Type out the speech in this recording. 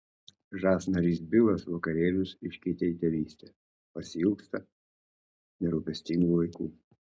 žas narys bilas vakarėlius iškeitė į tėvystę pasiilgsta nerūpestingų laikų